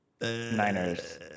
Niners